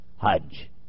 Hajj